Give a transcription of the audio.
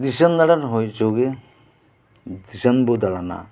ᱫᱤᱥᱚᱢ ᱫᱟᱲᱟᱱ ᱦᱩᱭ ᱚᱪᱚᱜᱮ ᱫᱤᱥᱚᱢ ᱵᱚ ᱫᱟᱲᱟᱱᱟ